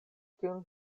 tiun